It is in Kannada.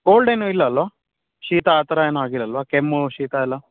ಕೋಲ್ಡ್ ಏನೂ ಇಲ್ಲಲ್ವ ಶೀತ ಆ ಥರ ಏನೂ ಆಗಿಲ್ಲಲ್ವ ಕೆಮ್ಮು ಶೀತ ಎಲ್ಲ